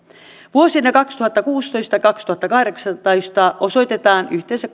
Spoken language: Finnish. vuosina kaksituhattakuusitoista viiva kaksituhattakahdeksantoista osoitetaan yhteensä